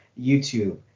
YouTube